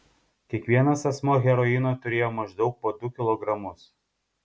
kiekvienas asmuo heroino turėjo maždaug po du kilogramus